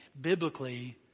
biblically